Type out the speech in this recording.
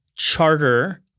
charter